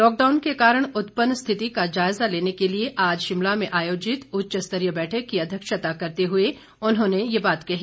lockdown के कारण उत्पन्न स्थिति का जायजा लेने के लिए आज शिमला में आयोजित उच्च स्तरीय बैठक की अध्यक्षता करते हुए उन्होंने ये बात कही